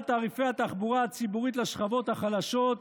תעריפי התחבורה הציבורית לשכבות החלשות,